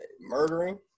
murdering